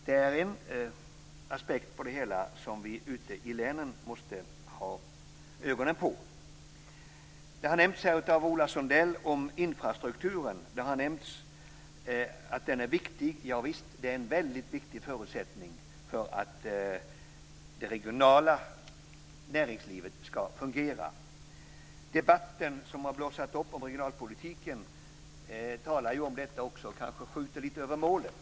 Det är en aspekt på det hela som vi måste ha ögonen på ute i länen. Ola Sundell nämnde infrastrukturen. Det har nämnts att den är viktig. Javisst, den är en väldigt viktig förutsättning för att det regionala näringslivet ska fungera. I den debatt som har blossat upp om regionalpolitiken talar man om detta, men man skjuter kanske lite över målet.